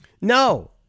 No